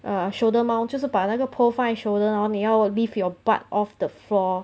uh shoulder mount 就是把那个 pole 放在 shoulder hor 你要 leave your butt off the floor